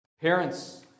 Parents